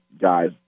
guys